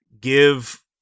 give